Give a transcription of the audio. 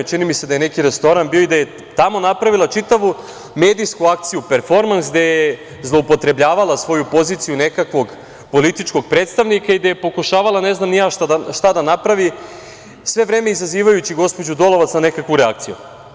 Čini mi se da je bio neki privatni restoran i da je tamo napravila čitavu medijsku akciju, performans, gde je zloupotrebljavala svoju poziciju nekakvog političkog predstavnika i gde je pokušavala ne znam ni ja šta da napravi, sve vreme izazivajući gospođu Dolova, na nekakvu reakciju.